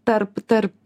tarp tarp